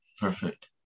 perfect